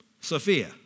Sophia